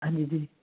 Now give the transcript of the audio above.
ਹਾਂਜੀ ਜੀ